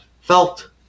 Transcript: felt